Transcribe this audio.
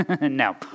No